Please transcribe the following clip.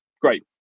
Great